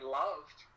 loved